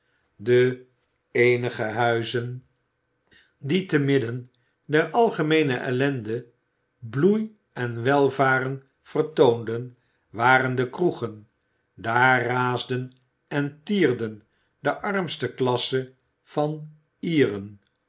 de eenige huizen die te midden der algemeene ellende bloei en welvaren vertoonden waren de kroegen daar raasden en tierden de armste klasse van ieren